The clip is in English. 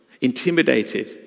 intimidated